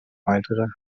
weitere